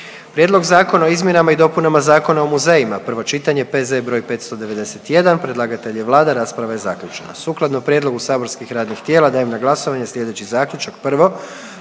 Prijedlog Zakona o dostavi sudskih pismena, prvo čitanje, P.Z.E. br. 603, predlagatelj je Vlada, rasprava je zaključena. Sukladno prijedlogu saborskih radnih tijela dajem na glasovanje sljedeći zaključak: